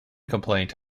complaint